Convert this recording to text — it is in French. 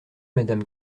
madame